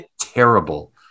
terrible